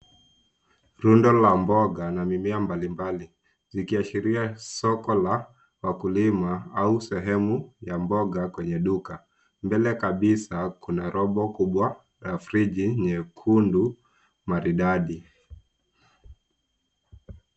Rundo kubwa la mboga na mimea mbalimbali ikiashiria soko la wakulima au sehemu ya mboga kwenye duka. Mbele kabisa kuna robo kubwa la friji nyekundu maridadi.